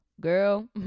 Girl